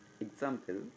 Example